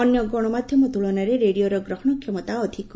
ଅନ୍ୟ ଗଣମାଧ୍ଧମ ତୁଳନାରେ ରେଡିଓର ଗ୍ରହଣ କ୍ଷମତା ଅଧିକ